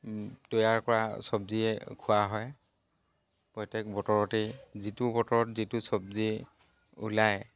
তৈয়াৰ কৰা চবজিয়ে খোৱা হয় প্ৰত্যেক বতৰতেই যিটো বতৰত যিটো চবজি ওলায়